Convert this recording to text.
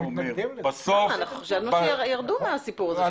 חשבנו שירדו מהסיפור הזה.